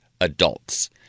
adults